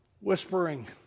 whispering